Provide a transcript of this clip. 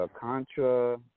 Contra –